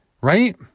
right